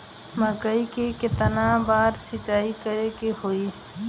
मकई में केतना बार सिंचाई करे के होई?